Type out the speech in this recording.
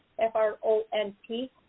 F-R-O-N-P